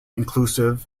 inclusive